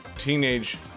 Teenage